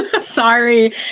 Sorry